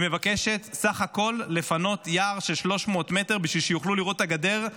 היא מבקשת בסך הכול לפנות יער של 300 מטר בשביל שיוכלו לראות את הגדר,